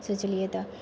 सोचलिए तऽ